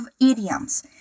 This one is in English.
idioms